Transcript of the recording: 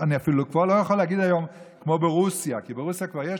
אני כבר לא יכול להגיד היום "כמו ברוסיה" כי ברוסיה כבר יש